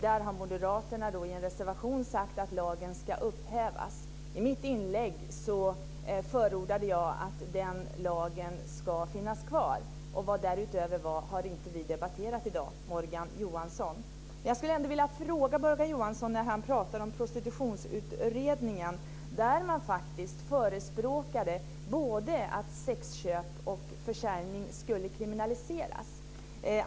Där har Moderaterna i en reservation sagt att lagen ska upphävas. I mitt inlägg förordade jag att lagen ska finnas kvar. Vad därutöver var har vi inte debatterat i dag. Johansson, som pratar om Prostitutionsutredningen, där man förespråkade att både sexköp och försäljning skulle kriminaliseras.